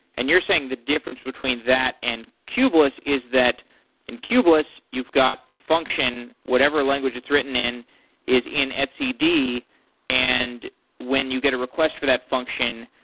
and you're saying the different between that and kubeless is that in kubeless you've got the function, whatever language its written in is in etcd and when you get a request for that function,